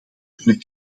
kunnen